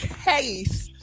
case